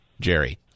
Jerry